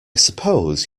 suppose